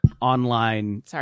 online